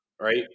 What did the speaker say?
Right